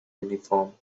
uniform